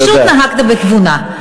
פשוט נהגת בתבונה.